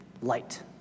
light